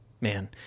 man